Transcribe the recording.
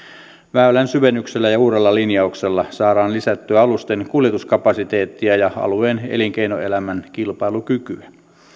väylän syvennyksellä ja ja uudella linjauksella saadaan lisättyä alusten kuljetuskapasiteettia ja alueen elinkeinoelämän kilpailukykyä